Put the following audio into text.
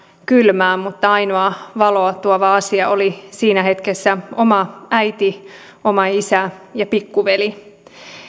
kylmää mutta ainoa valoa tuova asia oli siinä hetkessä oma äiti oma isä ja pikkuveli